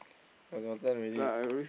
your your turn already